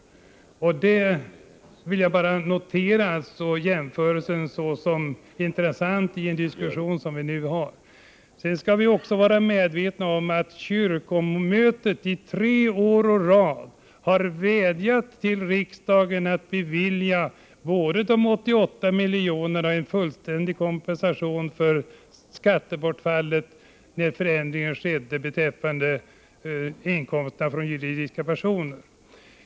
Jag ville bara notera denna jämförelse som intressant i den diskussion vi nu har. Vi måste vara medvetna om att kyrkomötet tre år i rad har vädjat till riksdagen att bevilja 88 miljoner i fullständig kompensation för inkomstbortfallet till följd av förändringen beträffande slopandet av beskattningen av juridiska personer.